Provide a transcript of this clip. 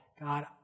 God